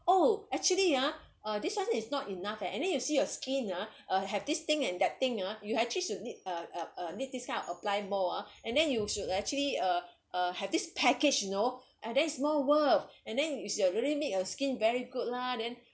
oh actually ah uh this one is not enough eh and then you see your skin ah uh have this thing and that thing ah you have actually should need uh need this kind of apply more ah and then you should like actually uh uh have this package you know and that is more worth and then is your really make your skin very good lah then